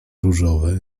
różowe